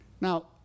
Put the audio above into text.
Now